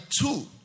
two